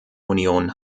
union